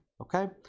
okay